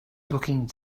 looking